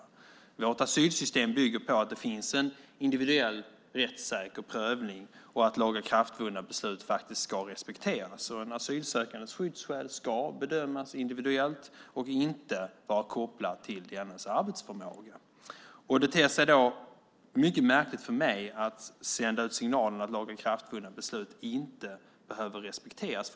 Vi har ett asylsystem som bygger på att det finns en individuell rättssäker prövning och att lagakraftvunna beslut ska respekteras. En asylsökandes skyddsskäl ska bedömas individuellt och inte vara kopplat till dennes arbetsförmåga. Det ter sig mycket märkligt för mig att sända ut signalen att lagakraftvunna beslut inte behöver respekteras.